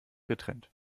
getrennt